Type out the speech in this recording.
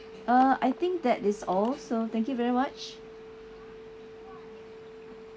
uh I think that is all so thank you very much